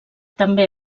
també